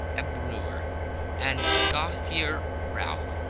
a brewer and gauthier ralph,